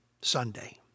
Sunday